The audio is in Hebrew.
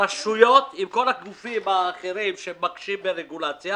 הרשויות וכל הגופים האחרים שמקשים ברגולציה